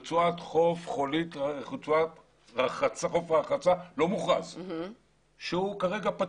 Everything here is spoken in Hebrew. רצועת חוף רחצה לא מוכרז שכרגע הוא פתוח.